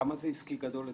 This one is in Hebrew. כמה זה עסקי גדול אצלכם?